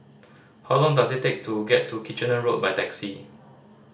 how long does it take to get to Kitchener Road by taxi